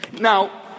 Now